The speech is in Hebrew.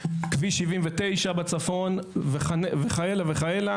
דרך כביש 79 בצפון ועוד ועוד.